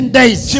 days